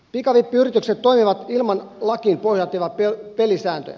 pikavippiyritykset toimivat ilman lakiin pohjautuvia pelisääntöjä